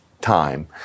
time